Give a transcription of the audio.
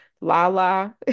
Lala